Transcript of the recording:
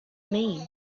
mean